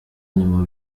nyuma